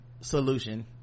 solution